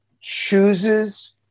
chooses